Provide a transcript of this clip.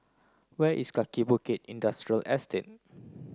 where is Kaki Bukit Industrial Estate